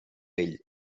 vell